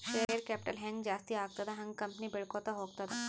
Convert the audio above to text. share capital ಹ್ಯಾಂಗ್ ಜಾಸ್ತಿ ಆಗ್ತದ ಹಂಗ್ ಕಂಪನಿ ಬೆಳ್ಕೋತ ಹೋಗ್ತದ